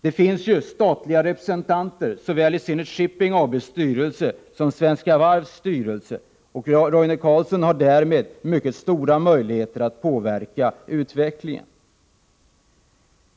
Det finns ju statliga representanter såväl i Zenit Shipping AB:s styrelse som i Svenska Varvs styrelse, och Roine Carlsson har därmed mycket stora möjligheter att påverka utvecklingen.